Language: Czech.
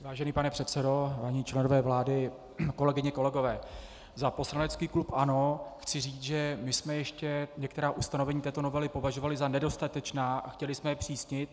Vážený pane předsedo, vážení členové vlády, kolegyně, kolegové, za poslanecký klub ANO chci říct, že my jsme ještě některá ustanovení této novely považovali za nedostatečná a chtěli jsme je zpřísnit.